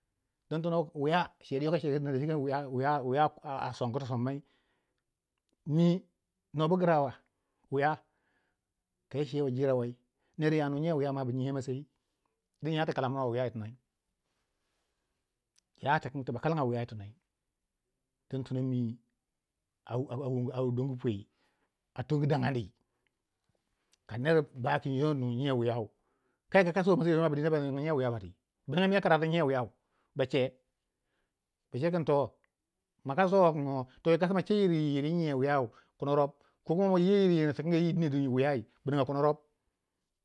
don tono wiya cedwi yoko yi cegu dina mi nobu grawa kai cewe jire wei ner wu ya nu nyiay wiyau ma bu nyiya masayi dingin yatu kalano wiya yitonoi yatikingi, ding tono mi a dong pwi a tong dangani ka ner ba kinyo ya nu nyan wiyau, kai ka kaso masayi ma bu dina ba ninga nyiya wiya bati bu ninga man yo karatu nyan wiyau bace sai bu cekin makasba yi kas ma ceyir yir yi nyiya wiyau a kunorob ko kuma ma yiya yir yirtikingi yi nyan wiyau a kunorob